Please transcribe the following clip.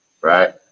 right